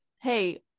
hey